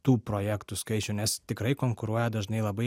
tų projektų skaičių nes tikrai konkuruoja dažnai labai